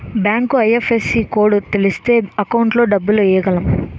bank IFSC code తెలిస్తేనే account లో డబ్బులు ఎయ్యగలం